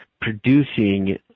producing